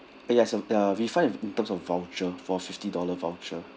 ah yes uh uh refund is in terms of voucher for fifty dollar voucher